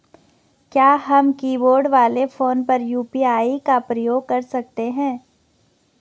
क्या हम कीबोर्ड वाले फोन पर यु.पी.आई का प्रयोग कर सकते हैं?